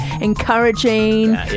Encouraging